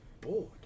bored